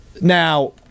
Now